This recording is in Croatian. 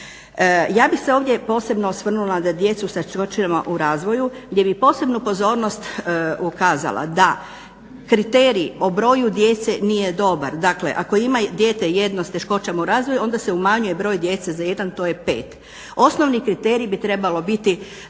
Ja bih se ovdje posebno osvrnula na djecu sa teškoćama u razvoju gdje bih posebnu pozornost ukazala da kriterij o broju djece nije dobar, dakle ako ima dijete jedno s teškoćama u razvoju onda se umanjuje broj djece za jedan, to je pet. Osnovni kriterij bi trebao biti